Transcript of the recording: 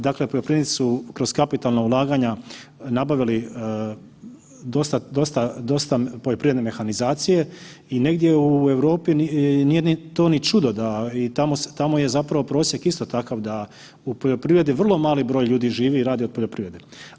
Dakle poljoprivrednici su kroz kapitalna ulaganja nabavili dosta poljoprivredne mehanizacije i negdje u Europi nije to ni čudo da, tamo je zapravo prosjek isto takav da u poljoprivredi vrlo mali broj ljudi živi i radi od poljoprivrede.